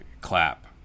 Clap